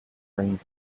bring